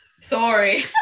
sorry